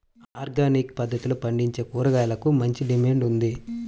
organic పద్దతిలో పండించే కూరగాయలకు మంచి డిమాండ్ ఉంది